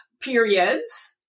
periods